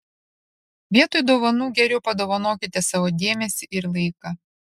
vietoj dovanų geriau padovanokite savo dėmesį ir laiką